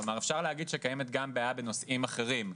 כלומר, אפשר להגיד שקיימת גם בעיה בנושאים אחרים,